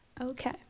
Okay